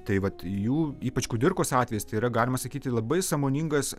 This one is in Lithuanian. tai vat jų ypač kudirkos atvejis tai yra galima sakyti labai sąmoningas